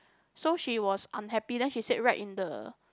so she was unhappy then she said write in the